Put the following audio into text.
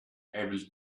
able